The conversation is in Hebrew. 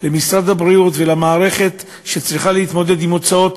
למשרד הבריאות ולמערכת שצריכה להתמודד עם הוצאות,